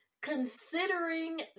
considering